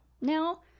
now